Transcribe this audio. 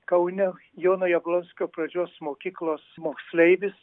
kaune jono jablonskio pradžios mokyklos moksleivis